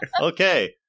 Okay